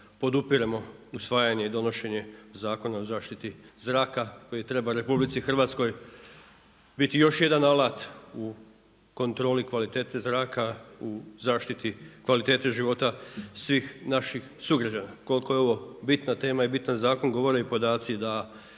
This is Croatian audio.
podupiremo usvajanje i donošenje Zakona o zaštiti zraka koji treba u RH biti još jedan alat u kontroli kvalitete zraka u zaštiti kvalitete života svih naših sugrađana. Koliko je ovo bitna tema i bitan zakon govore i podaci da